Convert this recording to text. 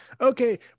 Okay